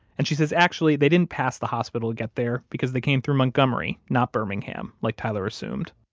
and she says actually they didn't pass the hospital to get there, because they came through montgomery not birmingham, like tyler assumed